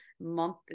month